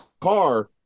car